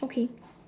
okay